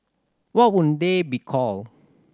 what would they be called